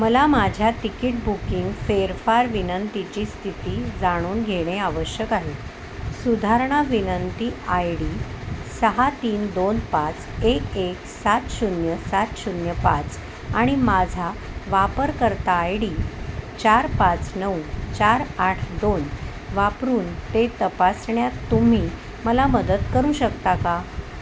मला माझ्या ticket booking फेरफार विनंतीची स्थिती जाणून घेणे आवश्यक आहे सुधारणा विनंती आय डी सहा तीन दोन पाच एक एक सात शून्य सात शून्य पाच आणि माझा वापरकर्ता आय डी चार पाच नऊ चार आठ दोन वापरून ते तपासण्यात तुम्ही मला मदत करू शकता का